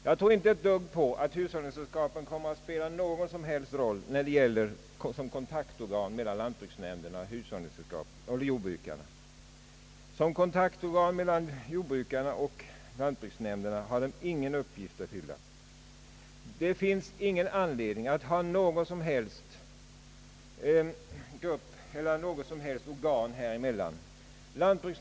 Jag tror inte ett dugg på att hushållningssällskapen kommer att spela någon som helst roll såsom kontaktorgan mellan lantbruksnämnderna och jordbrukarna. Därvidlag har de ingen uppgift att fylla; det finns ingen anledning att skjuta in något organ mellan lantbruksnämnderna och jordbrukarna.